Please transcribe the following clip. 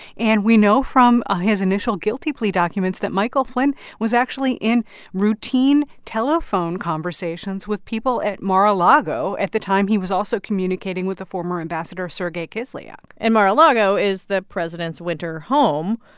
and we know from his initial guilty plea documents that michael flynn was actually in routine telephone conversations with people at mar-a-lago at the time he was also communicating with the former ambassador sergey kislyak and mar-a-lago is the president's winter home,